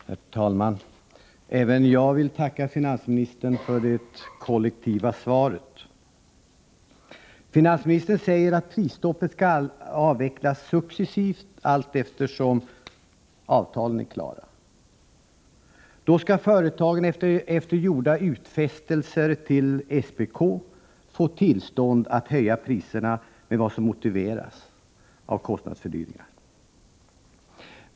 Herr talman! Även jag vill tacka finansministern för det kollektiva svaret. Finansministern säger att prisstoppet skall avvecklas successivt, allteftersom avtalen blir klara. Då skall företagen, efter gjorda utfästelser till SPK, få tillstånd att höja priserna med vad som motiveras av kostnadsfördyringar.